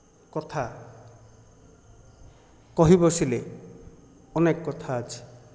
କଥା କହି ବସିଲେ ଅନେକ କଥା ଅଛି